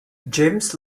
james